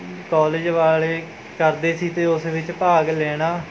college ਵਾਲੇ ਕਰਦੇ ਸੀ ਅਤੇ ਉਸ ਵਿੱਚ ਭਾਗ ਲੈਣਾ